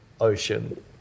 ocean